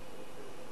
בבקשה, אדוני.